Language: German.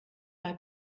mal